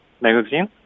magazine